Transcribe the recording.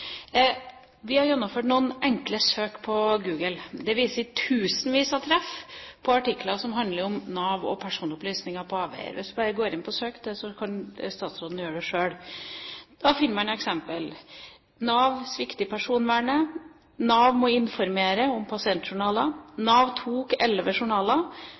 Vi har gjennomført noen enkle søk på Google. Det viser tusenvis av treff på artikler som handler om Nav og personopplysninger på avveier. Man kan bare gå inn og søke der – det kan statsråden gjøre selv. Da finner man eksempler: «Nav svikter i personvernet» – om datasikkerhet, «Nav må informere» – om pasientjournaler, «Nav tok 11 journaler»